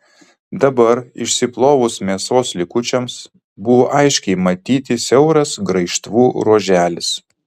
dabar išsiplovus mėsos likučiams buvo aiškiai matyti siauras graižtvų ruoželis